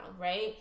right